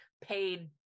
paid